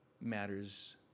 matters